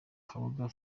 kabuga